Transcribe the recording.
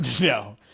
no